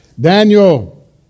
Daniel